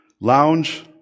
lounge